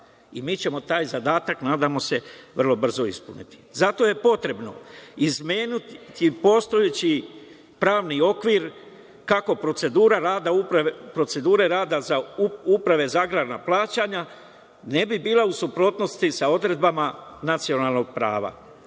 i mi ćemo taj zadatak, nadamo se, vrlo brzo ispuniti. Zato je potrebno izmeniti postojeći pravni okvir, kako procedura radaUprave za agrarna plaćanja ne bi bila u suprotnosti sa odredbama nacionalnog prava. Izmene